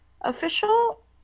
official